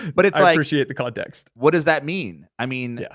but it's like i appreciate the context. what does that mean? i mean, yeah